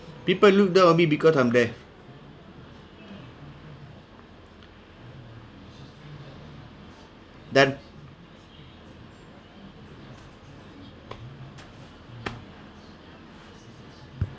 people look down on me because I'm there then